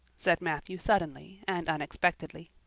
said matthew suddenly and unexpectedly.